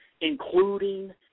including